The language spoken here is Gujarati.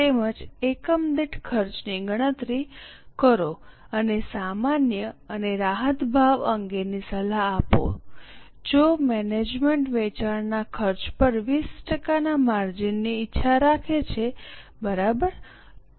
તેમજ એકમ દીઠ ખર્ચની ગણતરી કરો અને સામાન્ય અને રાહત ભાવ અંગેની સલાહ આપો જો મેનેજમેન્ટ વેચાણના ખર્ચ પર 20 ટકાના માર્જિનની ઇચ્છા રાખે છે બરાબર તો